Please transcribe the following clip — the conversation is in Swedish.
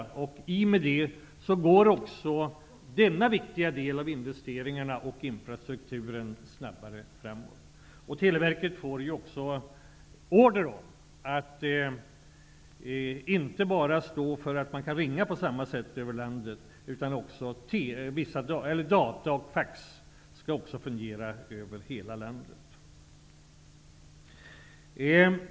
I och med det går också denna viktiga del av investeringarna och infrastrukturen snabbare framåt. Televerket får ju order om att inte bara stå för att man kan ringa på samma sätt över landet, utan data och fax skall ju också fungera över hela landet.